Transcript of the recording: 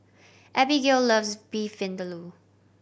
Abbigail loves Beef Vindaloo